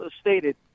stated